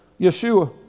Yeshua